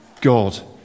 God